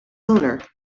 owner